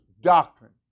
doctrine